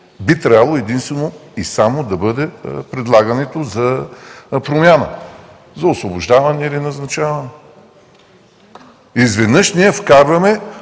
би трябвало единствено и само да бъде предлагането за промяна – за освобождаване или назначаване. Изведнъж вкарваме